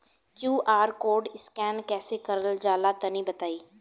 QR code scan कैसे क़रल जला तनि बताई?